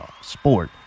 sport